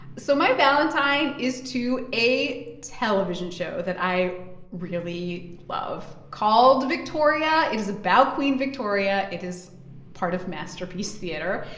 so my valentine is to a television show that i really love called victoria. it is about queen victoria. it is part of masterpiece theatre.